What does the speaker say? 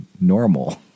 normal